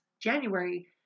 January